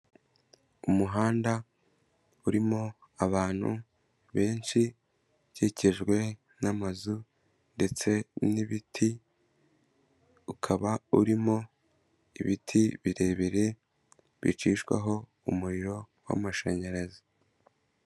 Umuhanda urimo abantu benshi ukikijwe n'amazu ndetse n'ibiti, ukaba urimo ibiti birebire bicishwaho umuriro w'amashanyarazi.